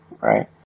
right